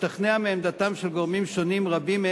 השתכנע מעמדתם של גורמים שונים רבים,